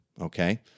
Okay